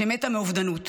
שמתה מאובדנות.